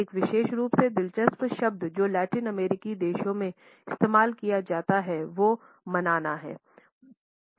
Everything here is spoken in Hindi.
एक विशेष रूप से दिलचस्प शब्द जो लैटिन अमेरिकी देशों में इस्तेमाल किया जाता है वो 'मनाना' हैं